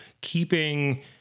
keeping